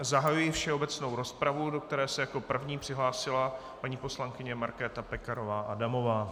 Zahajuji všeobecnou rozpravu, do které se jako první přihlásila paní poslankyně Markéta Pekarová Adamová.